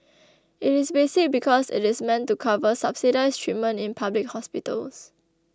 it is basic because it is meant to cover subsidised treatment in public hospitals